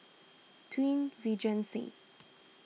Twin Regency